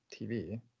TV